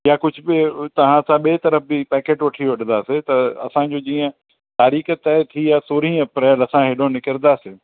या कुझ बि तव्हां सां ॿिए तर्फ़ बि पैकेट वठी वठंदासीं त असांजो जीअं तारीख़ तय थी आ्हे सोरहं अप्रैल असां हेॾा निकिरंदासीं